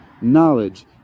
knowledge